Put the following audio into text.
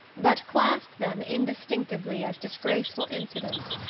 but classed them indistinctively as disgraceful incidents,